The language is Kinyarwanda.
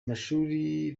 amashuri